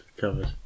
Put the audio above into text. covered